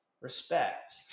respect